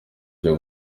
cyo